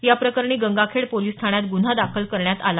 या प्रकरणी गंगाखेड पोलिस ठाण्यात गुन्हा दाखल करण्यात आला